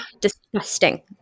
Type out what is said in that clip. disgusting